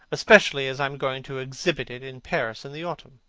especially as i am going to exhibit it in paris in the autumn.